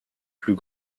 plus